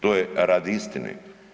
To je radi istine.